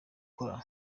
cola